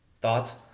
Thoughts